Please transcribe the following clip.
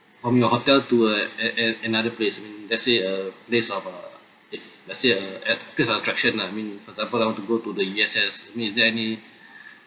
from your hotel to a a a another place I mean let's say a place of uh err let's say a a place of attraction ah for example I want to go to the U_S_S I mean is there any